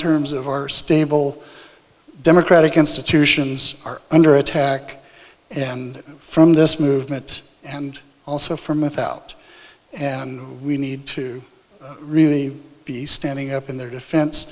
terms of our stable democratic institutions are under attack and from this movement and also from without and we need to really be standing up in their defense